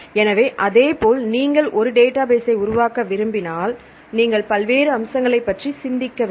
எனவே அதேபோல் நீங்கள் ஒரு டேட்டாபேஸ்ஸை உருவாக்க விரும்பினால் நீங்கள் பல்வேறு அம்சங்களைப் பற்றி சிந்திக்க வேண்டும்